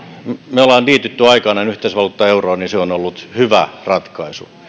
me olemme liittyneet aikoinaan yhteisvaluutta euroon on ollut hyvä ratkaisu